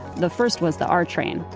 the first was the r train.